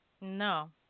No